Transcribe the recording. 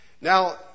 Now